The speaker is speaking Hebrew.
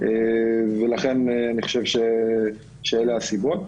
ולכן אני חושב שאלה הסיבות.